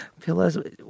Pillows